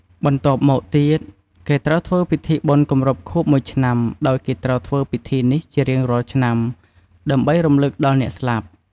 បន្ទប់មកទៀតគេត្រូវធ្វើពិធីបុណ្យគម្រប់ខួបមួយឆ្នាំដោយគេត្រូវធ្វើពិធីនេះជារៀងរាល់ឆ្នាំ ដើម្បីរំលឹកដល់អ្នកស្លាប់។